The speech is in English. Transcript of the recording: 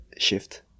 shift